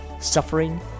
suffering